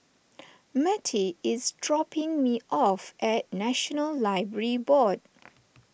Mattye is dropping me off at National Library Board